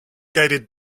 guided